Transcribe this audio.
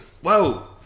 Whoa